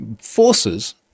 forces